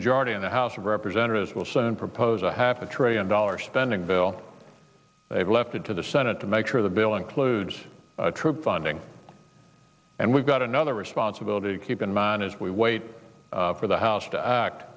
majority in the house of representatives will soon propose a half a trillion dollar spending bill left it to the senate to make sure the bill includes troop funding and we've got another responsibility keep in mind as we wait for the house to act